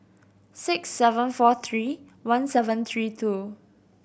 six seven four three one seven three two